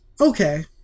Okay